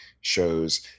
shows –